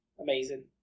amazing